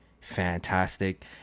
fantastic